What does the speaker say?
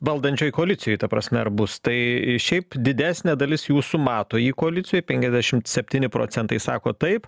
valdančioj koalicijoj ta prasme ar bus tai šiaip didesnė dalis jūsų mato jį koalicijoj penkiasdešimt septyni procentai sako taip